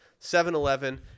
7-eleven